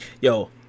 Yo